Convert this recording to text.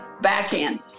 backhand